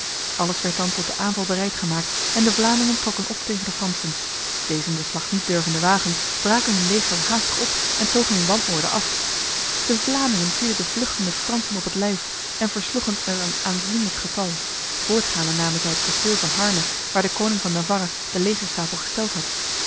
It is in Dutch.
alles werd dan tot de aanval bereid gemaakt en de vlamingen trokken op tegen de fransen dezen de slag niet durvende wagen braken hun leger haastig op en togen in wanorde af de vlamingen vielen de vluchtende fransen op het lijf en versloegen er een aanzienlijk getal voortgaande namen zij het kasteel van harne waar de koning van navarra de legerstapel gesteld had